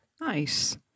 Nice